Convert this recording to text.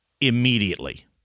Immediately